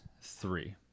three